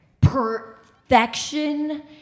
Perfection